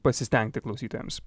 pasistengti klausytojams